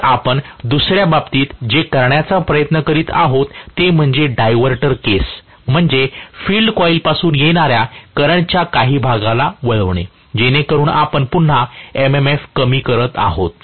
तर आपण दुसऱ्या बाबतीत जे करण्याचा प्रयत्न करीत आहोत ते म्हणजे डायव्हर्टर केस म्हणजे फील्ड कॉइलपासून येणाऱ्या करंटच्या काही भागाला वळवणे जेणेकरुन आपण पुन्हा MMF कमी करत आहोत